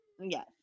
Yes